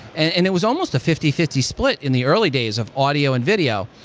and and it was almost a fifty fifty split in the early days of audio and video,